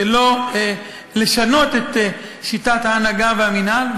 לשנות את שיטת ההנהגה והמינהל,